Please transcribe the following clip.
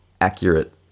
accurate